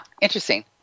interesting